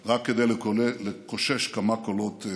אל תשתמשו בקורונה כדי לפלג את העם רק כדי לקושש כמה קולות בסקרים,